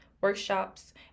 workshops